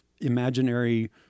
imaginary